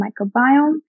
microbiome